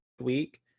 week